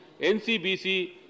NCBC